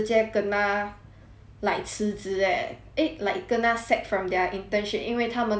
like 辞职 eh eh like kena sack from their internship 因为他们的公司 cannot afford internship eh